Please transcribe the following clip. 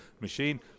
machine